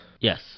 Yes